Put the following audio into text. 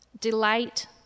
Delight